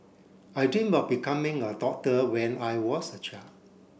I dream of becoming a doctor when I was a child